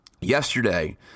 yesterday